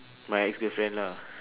my ex-girlfriend lah